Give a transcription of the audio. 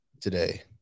today